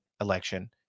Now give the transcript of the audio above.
election